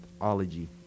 ology